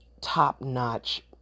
top-notch